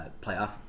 playoff